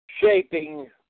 shaping